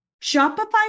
Shopify